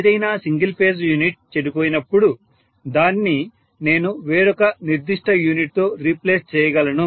ఏదైనా single phase unit చెడిపోయినప్పుడు దానిని నేను వేరొక నిర్దిష్ట యూనిట్ తో రీప్లేస్ చేయగలను